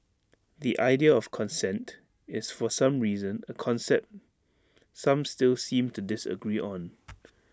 the idea of consent is for some reason A concept some still seem to disagree on